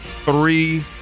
three